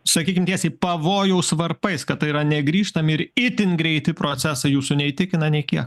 sakykim tiesiai pavojaus varpais kad tai yra negrįžtami ir itin greiti procesai jūsų neįtikina nei kiek